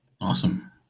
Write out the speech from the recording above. Awesome